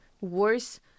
worse